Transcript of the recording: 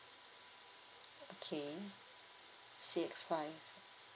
okay six five